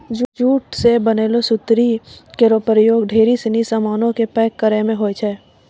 jute सें बनलो सुतरी केरो प्रयोग ढेरी सिनी सामानो क पैक करय म होय छै